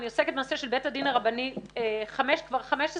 אני עוסקת בנושא של בית הדין הרבני כבר 15 שנה,